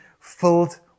filled